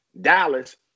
Dallas